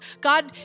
God